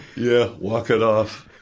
yeah. walk it off.